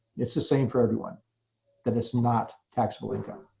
it's the same for everyone that it's not taxable income.